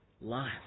Life